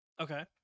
Okay